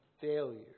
failure